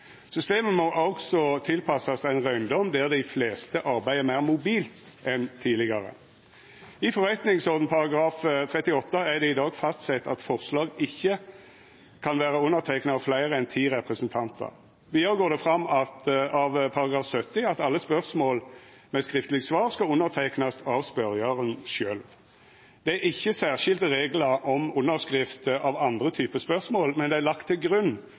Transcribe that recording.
Systemet må også tilpassast ein røyndom der dei fleste arbeider meir mobilt enn tidlegare. I § 38 i forretningsordenen er det i dag fastsett at forslag ikkje kan vera underteikna av fleire enn ti representantar. Vidare går det fram av § 70 at alle spørsmål med skriftleg svar skal underteiknast av spørjaren sjølv. Det er ikkje særskilde reglar om underskrift av andre typar spørsmål, men det er lagt til grunn